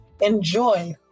enjoy